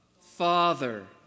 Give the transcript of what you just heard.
father